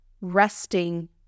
resting